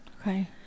Okay